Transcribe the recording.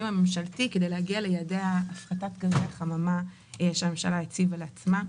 הממשלתי כדי ליעדי הפחתת גזי החממה שהממשלה הציבה לעצמה.